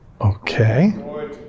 Okay